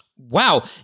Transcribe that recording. Wow